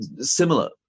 similar